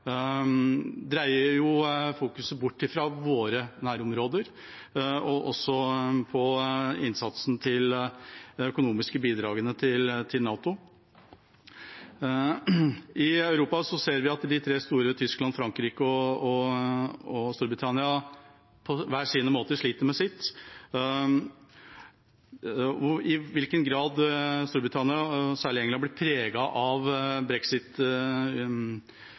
dreier fokuset bort fra våre nærområder og innsatsen når det gjelder de økonomiske bidragene til NATO. I Europa ser vi at de tre store – Tyskland, Frankrike og Storbritannia – på hver sin måte sliter med sitt. I hvilken grad Storbritannia, og særlig England, blir preget av